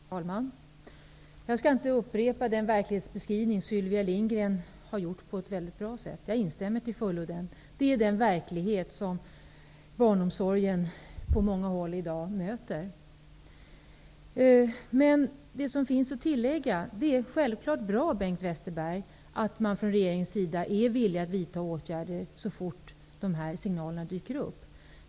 Herr talman! Jag skall inte upprepa den verklighetsbeskrivning som Sylvia Lindgren har gjort på ett väldigt bra sätt. Jag instämmer till fullo i den. Det är den verklighet som barnomsorgen på många håll i dag möter. Det finns dock litet att tillägga. Det är självfallet bra, Bengt Westerberg, att man från regeringens sida är villig att vidta åtgärder så fort signaler dyker upp.